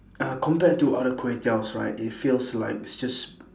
uh compared to other kway teows right it feels like it's just